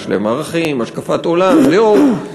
יש להם ערכים, השקפת עולם, דעות.